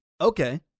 okay